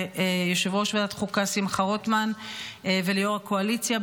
וליושב-ראש ועדת החוקה שמחה רוטמן וליו"ר הקואליציה,